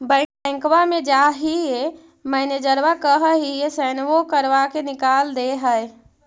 बैंकवा मे जाहिऐ मैनेजरवा कहहिऐ सैनवो करवा के निकाल देहै?